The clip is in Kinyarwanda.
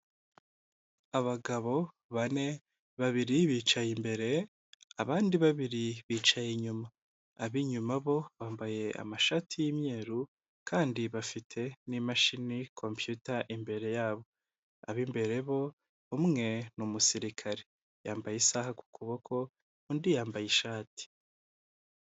Abagabo bane babiri bicaye imbere abandi babiri bicaye inyuma, ab'inyuma bo bambaye amashati y'imyeru kandi bafite n'imashini kompiyuta imbere yabo, ab'imbere bo umwe ni umusirikare yambaye isaha ku kuboko undi yambaye ishati.